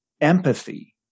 empathy